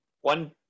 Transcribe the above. one